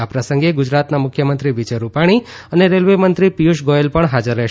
આ પ્રસંગે ગુજરાતના મુખ્યમંત્રી વિજય રૂપાણી અને રેલવેમંત્રી પિયુષ ગોયલ પણ હાજર રહેશે